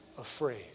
afraid